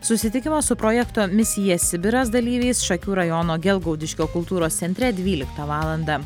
susitikimas su projekto misija sibiras dalyviais šakių rajono gelgaudiškio kultūros centre dvyliktą valandą